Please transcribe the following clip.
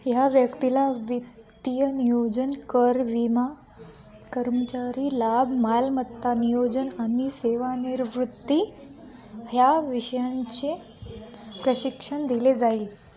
ह्या व्यक्तीला वित्तीय नियोजन कर विमा कर्मचारी लाभ मालमत्ता नियोजन आणि सेवानिवृत्ती ह्या विषयांचे प्रशिक्षण दिले जाईल